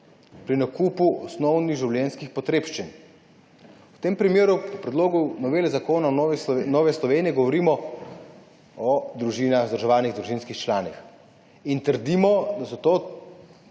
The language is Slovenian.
pri nakupu osnovnih življenjskih potrebščin. V tem primeru po predlogu novele zakona Nove Slovenije govorimo o družinah, vzdrževanih družinskih članih in trdimo, da so ta